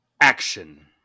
action